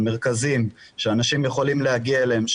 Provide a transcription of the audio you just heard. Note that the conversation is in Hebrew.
על מרכזים שאנשים יכולים להגיע אליהם,